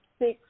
six